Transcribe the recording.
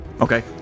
Okay